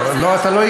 זה מעצבן.